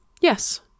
Yes